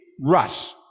Russ